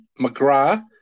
McGrath